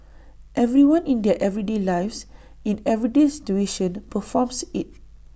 everyone in their everyday lives in everyday situation performs IT